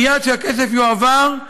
מייד כשיועבר הכסף,